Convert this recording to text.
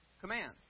command